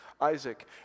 Isaac